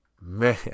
Man